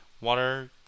Water